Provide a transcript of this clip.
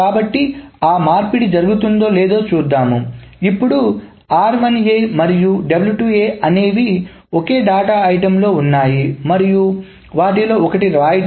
కాబట్టి ఆ మార్పిడి జరుగుతుందో లేదో చూద్దాం ఇప్పుడు మరియు అనేవి ఓకే డేటా ఐటమ్ లో ఉన్నాయి మరియు వాటిలో ఒకటి వ్రాయడం